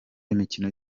imikino